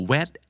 Wet